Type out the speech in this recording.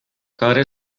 care